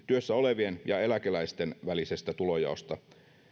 työssä olevien ja eläkeläisten välisestä tulonjaosta